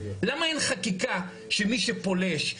למה אין חקיקה שמי שפולש,